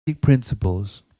Principles